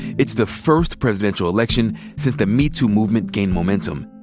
it's the first presidential election since the me too movement gained momentum.